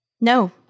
No